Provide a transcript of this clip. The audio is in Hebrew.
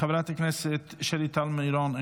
חברת הכנסת שלי טל מירון,